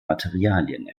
materialien